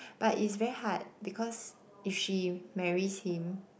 but it's very hard because if she marries him